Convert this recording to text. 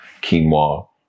quinoa